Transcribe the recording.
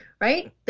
right